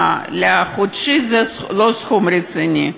לחודשי זה לא סכום רציני,